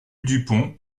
dupont